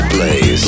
Blaze